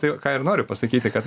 tai ką ir noriu pasakyti kad